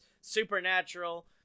Supernatural